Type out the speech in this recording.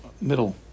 middle